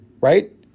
Right